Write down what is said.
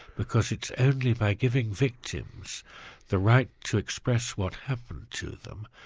because it's only by giving victims the right to express what happened to them,